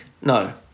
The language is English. No